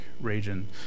region